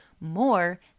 more